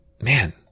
man